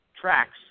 tracks